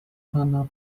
pana